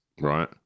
right